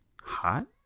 hot